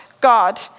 God